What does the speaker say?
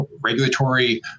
regulatory